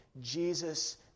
Jesus